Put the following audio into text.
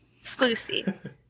exclusive